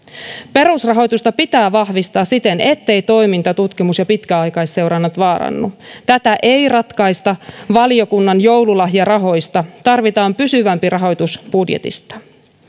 perusrahoitusta pitää vahvistaa siten etteivät toiminta tutkimus ja pitkäaikaisseurannat vaarannu tätä ei ratkaista valiokunnan joululahjarahoista tarvitaan pysyvämpi rahoitus budjetista